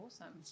Awesome